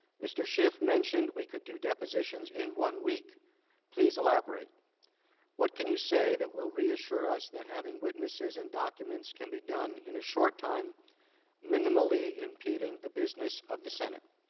mr. schiff mentioned we could do depositions in one week the celebrity what can you say that will reassure us that having witnesses and documents can be done in a short time minimally impeding the business of the senate,